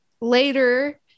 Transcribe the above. later